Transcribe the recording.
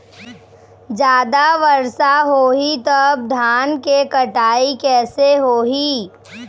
जादा वर्षा होही तब धान के कटाई कैसे होही?